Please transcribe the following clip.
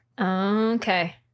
Okay